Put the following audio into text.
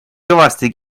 kõvasti